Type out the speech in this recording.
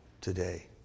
today